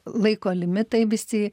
laiko limitai visi